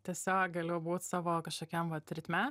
tiesiog galiu būt savo kažkokiam vat ritme